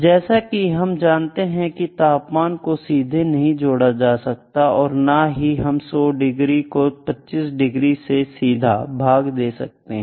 जैसा कि हम जानते हैं तापमान को सीधे नहीं जोड़ा जा सकता और ना ही हम 100 डिग्री को 25 डिग्री से सीधे भाग कर सकते हैं